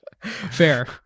Fair